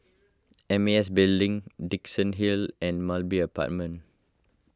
M A S Building Dickenson Hill Road and Mulberry Avenue